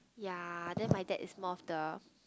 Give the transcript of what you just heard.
ya then my dad is more of the